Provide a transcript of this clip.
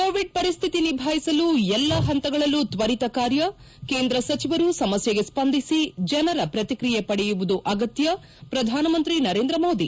Covid ಪರಿಸ್ಹಿತಿ ನಿಭಾಯಿಸಲು ಎಲ್ಲಾ ಹಂತಗಳಲ್ಲೂ ತ್ವರಿತ ಕಾರ್ಯ ಕೇಂದ್ರ ಸಚಿವರು ಸಮಸ್ನೆಗೆ ಸ್ವಂದಿಸಿ ಜನರ ಪ್ರತಿಕ್ರಿಯೆ ಪಡೆಯುವುದು ಅಗತ್ಲ ಪ್ರಧಾನಮಂತ್ರಿ ನರೇಂದ್ರ ಮೋದಿ